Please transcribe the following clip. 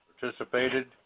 participated